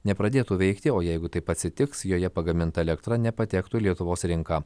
nepradėtų veikti o jeigu taip atsitiks joje pagaminta elektra nepatektų į lietuvos rinką